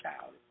child